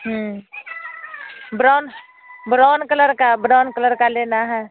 brown brown colour का brown colour का लेना है